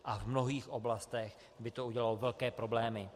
V mnohých oblastech by to udělalo velké problémy.